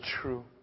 true